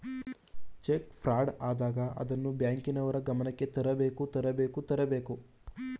check fraud ಆದಾಗ ಅದನ್ನು ಬ್ಯಾಂಕಿನವರ ಗಮನಕ್ಕೆ ತರಬೇಕು ತರಬೇಕು ತರಬೇಕು